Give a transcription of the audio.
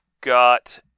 got